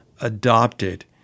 adopted